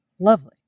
Lovely